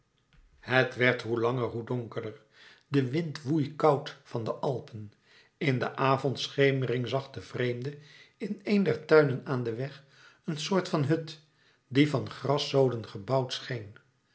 het werd hoe langer hoe donkerder de wind woei koud van de alpen in de avondschemering zag de vreemde in een der tuinen aan den weg een soort van hut die van graszoden gebouwd scheen